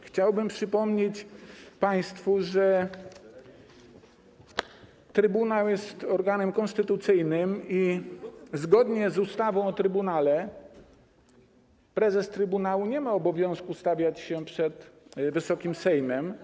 Chciałbym przypomnieć państwu, że trybunał jest organem konstytucyjnym i zgodnie z ustawą o trybunale prezes trybunału nie ma obowiązku stawiać się przed Wysokim Sejmem.